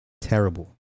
Terrible